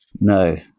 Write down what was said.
no